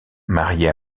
marié